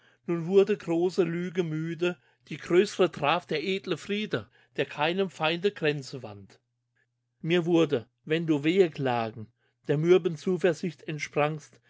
nun wurde große lüge müde die größre traf der edle friede der keinem feinde kränze wand mir wurde wenn du weheklagen der mürben zuversicht entsprangst